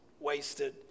wasted